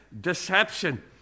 deception